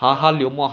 ya